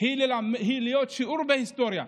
היא להיות שיעור בהיסטוריה: